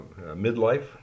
midlife